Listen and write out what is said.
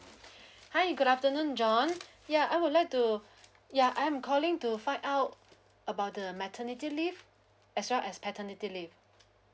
hi good afternoon john ya I would like to ya I am calling to find out about the maternity leave as well as paternity leave